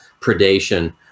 predation